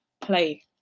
play